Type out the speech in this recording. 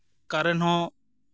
current ᱦᱚᱸ